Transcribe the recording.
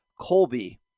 Colby